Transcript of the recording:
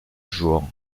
jour